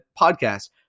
podcast